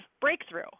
breakthrough